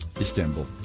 Istanbul